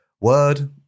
Word